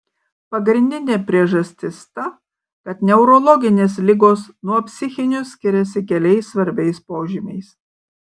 pagrindinė priežastis ta kad neurologinės ligos nuo psichinių skiriasi keliais svarbiais požymiais